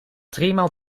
driemaal